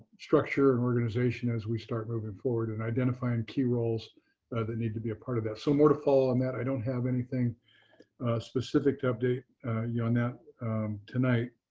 structure and organization as we start moving forward and identifying key roles that need to be a part of that. so, more to follow on that. i don't have anything specific to update you on that tonight.